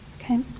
okay